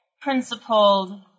principled